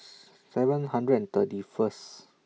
seven hundred and thirty First